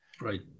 Right